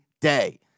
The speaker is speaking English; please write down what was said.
day